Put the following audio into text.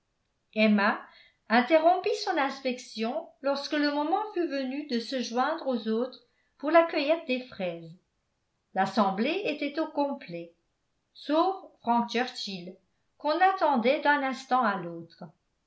emma interrompit son inspection lorsque le moment fut venu de se joindre aux autres pour la cueillette des fraises l'assemblée était au complet sauf frank churchill qu'on attendait d'un instant à l'autre